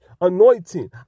anointing